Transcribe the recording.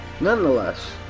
Nonetheless